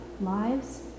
lives